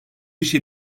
işe